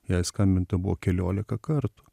jai skambinta buvo keliolika kartų